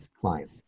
client